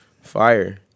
Fire